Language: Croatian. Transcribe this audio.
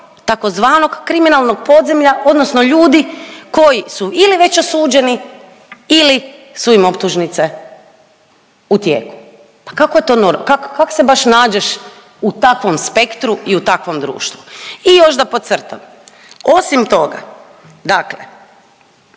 tzv. kriminalnog podzemlja odnosno ljudi koji su ili već osuđeni ili su im optužnice u tijeku, pa kako je to nor…, kak, kak se baš nađeš u takvom spektru i u takvom društvu? I još da podcrtam, osim toga dakle